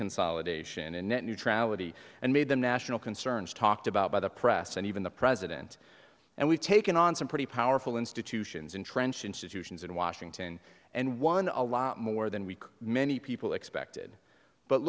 consolidation and net neutrality and made the national concerns talked about by the press and even the president and we've taken on some pretty powerful institutions entrenched institutions in washington and won a lot more than we many people expected but